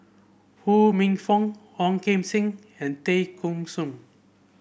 Ho Minfong Ong Kim Seng and Tay Kheng Soon